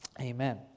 Amen